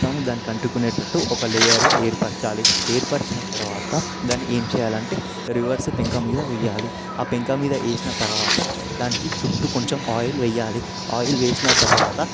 దానికి అంటుకునేటట్టు ఒక లేయర్గా ఏర్పరచాలి ఏర్పరచిన తరువాత దాన్ని ఏం చేయాలంటే రివర్స్ పెంక మీద వేయాలి ఆ పెంకు మీద వేసిన తరువాత దానికి చుట్టూ కొంచెం ఆయిల్ వేయాలి ఆయిల్ వేసిన తర్వాత